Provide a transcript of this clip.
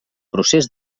procés